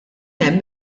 hemm